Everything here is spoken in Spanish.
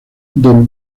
don